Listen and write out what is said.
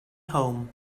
home